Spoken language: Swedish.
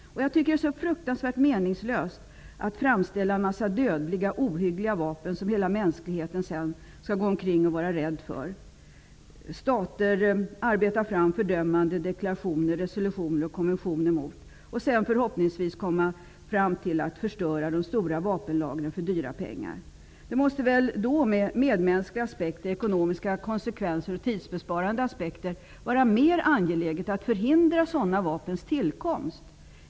Jag tycker att det är fruktansvärt meningslöst att framställa en massa dödliga, ohyggliga vapen som hela mänskligheten sedan skall gå omkring och vara rädd för och som stater arbetar fram fördömande deklarationer, resolutioner och konventioner mot. Förhoppningsvis kommer man sedan fram till att de stora vapenlagren för dyra pengar skall förstöras. Från medmänskliga och tidsbesparande aspekter och med tanke på ekonomiska konsekvenser måste det väl vara mer angeläget att förhindra sådana vapens tillkomst.